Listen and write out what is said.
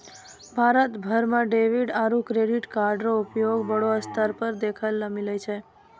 भारत भर म डेबिट आरू क्रेडिट कार्डो र प्रयोग बड़ो स्तर पर देखय ल मिलै छै